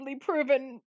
proven